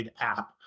app